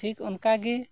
ᱴᱷᱤᱠ ᱚᱱᱠᱟ ᱜᱮ